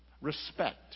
Respect